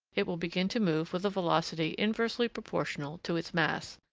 it will begin to move with a velocity inversely proportional to its mass,